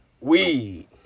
weed